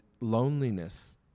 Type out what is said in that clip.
loneliness